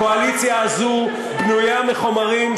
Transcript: הקואליציה הזאת בנויה מחומרים,